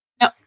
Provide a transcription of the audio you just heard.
No